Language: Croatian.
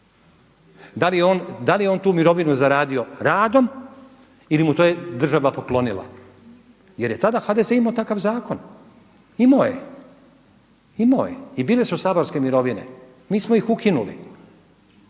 da li je on tu mirovinu zaradio radom ili mu je to država poklonila jer je tada HDZ imao takav zakon. Imao je. I bile su saborske mirovine. Mi smo ih ukinuli.